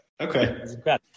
Okay